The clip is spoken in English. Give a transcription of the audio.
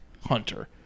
Hunter